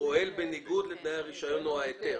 פועל בניגוד לתנאי הרישיון או ההיתר.